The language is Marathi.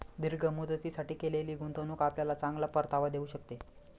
दीर्घ मुदतीसाठी केलेली गुंतवणूक आपल्याला चांगला परतावा देऊ शकते